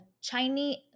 chinese